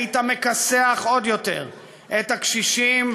היית מכסח עוד יותר את הקשישים,